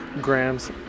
grams